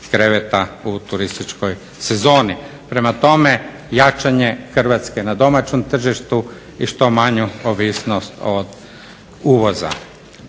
u turističkoj sezoni. Prema tome, jačanje Hrvatske na domaćem tržištu i što manju ovisnost od uvoza.